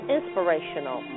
Inspirational